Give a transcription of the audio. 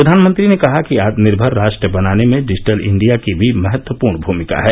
प्रधानमंत्री ने कहा कि आत्मनिर्मर राष्ट्र बनाने में डिजिटल इंडिया की भी महत्वपूर्ण भूमिका है